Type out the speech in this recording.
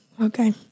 Okay